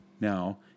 now